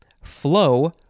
flow